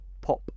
pop